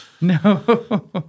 No